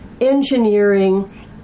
engineering